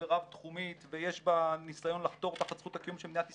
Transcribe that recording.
ורב תחומית ויש בה ניסיון לחתור תחת זכות הקיום של מדינת ישראל.